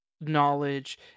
knowledge